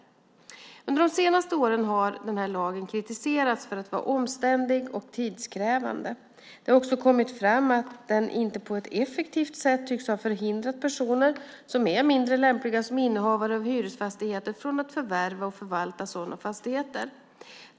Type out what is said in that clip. Under de senaste åren har lagen kritiserats för att vara omständlig och tidskrävande. Det har också kommit fram att den inte på ett effektivt sätt tycks ha förhindrat personer som är mindre lämpliga som innehavare av hyresfastigheter från att förvärva och förvalta sådana fastigheter.